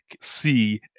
see